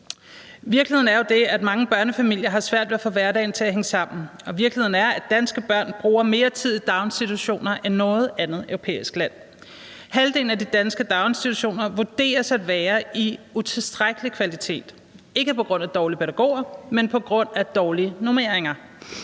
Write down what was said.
Virkeligheden er jo, at mange børnefamilier har svært ved at få hverdagen til at hænge sammen, og virkeligheden er, at danske børn bruger mere tid i daginstitutioner end børn i noget andet europæisk land. Halvdelen af de danske daginstitutioner vurderes at være af utilstrækkelig kvalitet, ikke på grund af dårlige pædagoger, men på grund af dårlige normeringer.